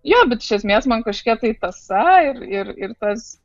jo bet iš esmės man kažkiek tai tąsa ir ir tas